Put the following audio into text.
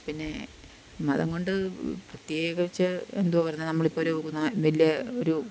പിന്നേ മതം കൊണ്ട് പ്രത്യേകിച്ച് എന്തുവാ പറയുന്നേ നമ്മളിപ്പൊരു ന്നാ വലിയ ഒരു